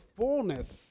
fullness